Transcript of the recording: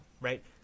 right